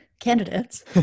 candidates